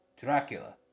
Dracula